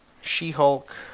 She-Hulk